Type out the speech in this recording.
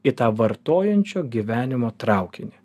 į tą vartojančio gyvenimo traukinį